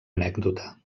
anècdota